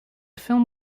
film